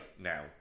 now